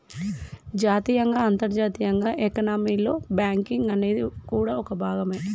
జాతీయంగా అంతర్జాతీయంగా ఎకానమీలో బ్యాంకింగ్ అనేది కూడా ఓ భాగమే